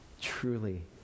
truly